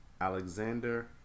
Alexander